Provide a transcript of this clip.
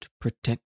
protect